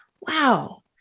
Wow